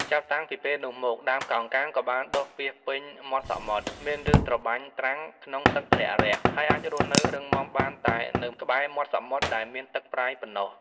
ចាប់តាំងពីពេលនោះមក ដើមកោងកាងក៏បានដុះពាសពេញមាត់សមុទ្រ មានប្ញសត្របាញ់ត្រាំក្នុងទឹករាក់ៗ ហើយអាចរស់នៅរឹងមាំបានតែនៅក្បែរមាត់សមុទ្រដែលមានទឹកប្រៃប៉ុណ្ណោះ។